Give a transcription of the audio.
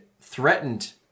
threatened